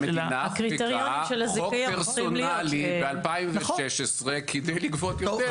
המדינה חוקקה חוק פרסונלי ב-2016 כדי לגבות יותר.